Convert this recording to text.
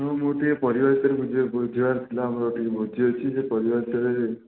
ମୁଁ ମୁଁ ଟିକେ ପରିବା ବିଷୟରେ ବୁଝି ବୁଝିବାର ଥିଲା ଆମର ଟିକେ ଭୋଜି ଅଛି ସେ ପରିବା ବିଷୟରେ